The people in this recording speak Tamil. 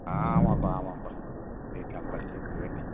ஆ ஆமாப்பா ஆமாப்பா பிகாம் படிச்சுருக்குது